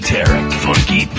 Funky